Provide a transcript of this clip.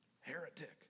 Heretic